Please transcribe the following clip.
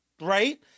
right